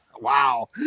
Wow